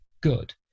good